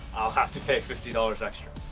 i'll have to pay fifty dollars extra.